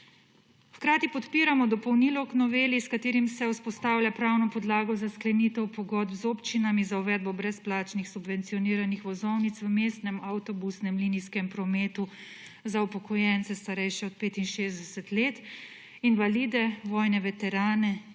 Hkrati podpiramo dopolnilo k noveli s katerim se vzpostavlja pravno podlago za sklenitev pogodb z občinami za uvedbo brezplačnih subvencioniranih vozovnic v mestnem avtobusnem linijskem prometu za upokojence starejše od 65 let, invalide, vojne veterane